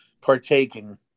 partaking